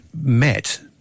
met